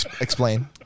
Explain